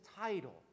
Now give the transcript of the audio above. title